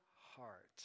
heart